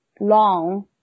long